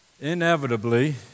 Inevitably